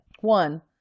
One